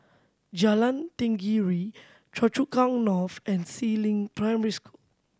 Jalan Tenggiri Choa Chu Kang North and Si Ling Primary